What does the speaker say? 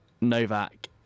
Novak